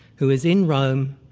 who is in rome,